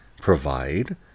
provide